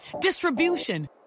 distribution